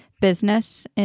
business